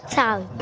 town